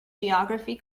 geography